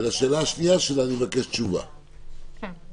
אני מבקש תשובה לדבר השני שהיא העלתה.